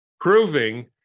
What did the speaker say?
Proving